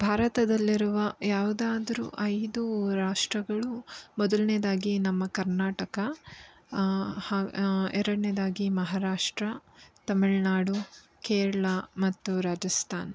ಭಾರತದಲ್ಲಿರುವ ಯಾವುದಾದರೂ ಐದು ರಾಷ್ಟ್ರಗಳು ಮೊದಲನೇದಾಗಿ ನಮ್ಮ ಕರ್ನಾಟಕ ಎರಡನೇದಾಗಿ ಮಹರಾಷ್ಟ್ರ ತಮಿಳುನಾಡು ಕೇರಳ ಮತ್ತು ರಾಜಸ್ಥಾನ